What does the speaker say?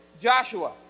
Joshua